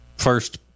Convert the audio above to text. First